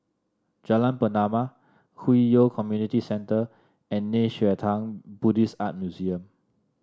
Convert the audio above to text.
Jalan Pernama Hwi Yoh Community Centre and Nei Xue Tang Buddhist Art Museum